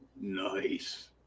Nice